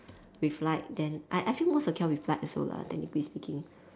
with light then I I feel more secure with light also lah technically speaking